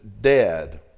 dead